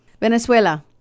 Venezuela